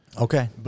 Okay